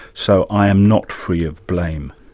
so i am not free of blame?